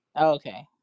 Okay